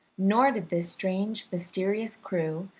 nor did this strange, mysterious crew,